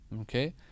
Okay